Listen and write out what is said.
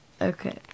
Okay